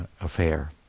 affair